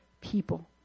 people